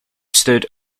stood